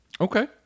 Okay